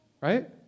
Right